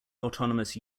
autonomous